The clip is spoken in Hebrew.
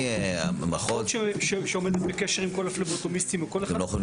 אחות שעובדת בקשר עם כל הפלבוטומיסטים --- אתם לא חושבים